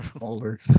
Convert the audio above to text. Older